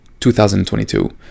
2022